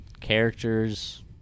Characters